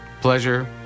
pleasure